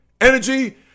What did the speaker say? energy